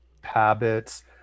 habits